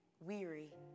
weary